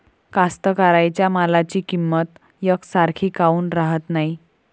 कास्तकाराइच्या मालाची किंमत यकसारखी काऊन राहत नाई?